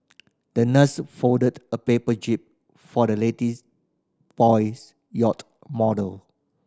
the nurse folded a paper jib for the latest boy's yacht model